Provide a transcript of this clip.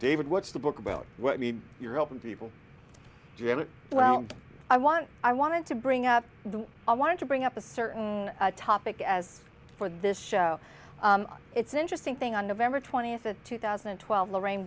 david what's the book about what i mean you're helping people well i want i want to bring up i want to bring up a certain topic as for this show it's an interesting thing on november twentieth of two thousand and twelve lorraine